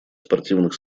спортивных